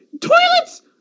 toilets